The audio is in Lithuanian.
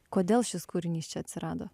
kodėl šis kūrinys čia atsirado